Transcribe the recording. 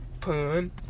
Pun